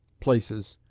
places,